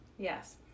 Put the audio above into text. yes